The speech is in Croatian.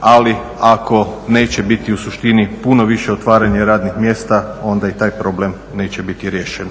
ali ako neće biti u suštini puno viša otvaranja radnih mjesta onda i taj problem neće biti riješen.